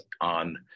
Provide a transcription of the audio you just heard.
on